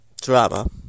drama